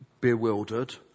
bewildered